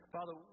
Father